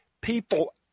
people